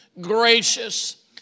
gracious